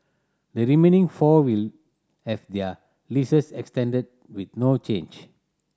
the remaining four will have their leases extended with no change